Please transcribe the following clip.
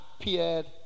appeared